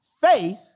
faith